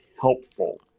helpful